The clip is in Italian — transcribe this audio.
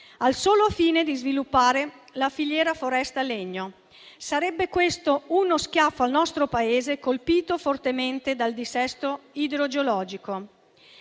al solo fine di sviluppare la filiera foresta-legno. Sarebbe questo uno schiaffo al nostro Paese colpito fortemente dal dissesto idrogeologico.